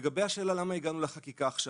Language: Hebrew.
לגבי השאלה למה הגענו לחקיקה עכשיו?